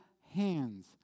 hands